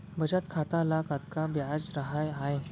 बचत खाता ल कतका ब्याज राहय आय?